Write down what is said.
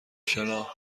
شنا